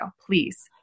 please